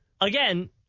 again